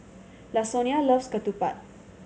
Lasonya loves ketupat